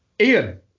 Ian